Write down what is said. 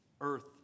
Earth